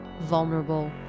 vulnerable